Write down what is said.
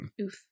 Oof